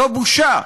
זו בושה.